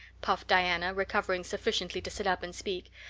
puffed diana, recovering sufficiently to sit up and speak,